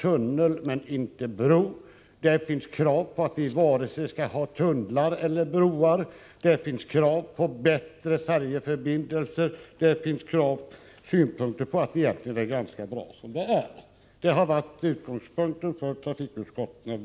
tunnel men inte bro, krav på att vi varken skall ha tunnlar eller broar, krav på bättre färjeförbindelser, liksom synpunkter att det är ganska bra som det är. Detta har varit utgångspunkten för trafikutskottet.